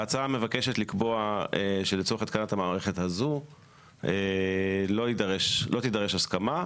ההצעה מבקשת לקבוע שלצורך התקנת המערכת הזו לא תידרש הסכמה,